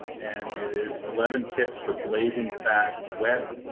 and it is eleven tips for blazing fast web,